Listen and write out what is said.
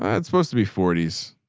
that's supposed to be forties.